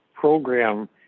program